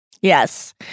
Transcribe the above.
Yes